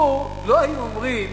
לו לא היו אומרים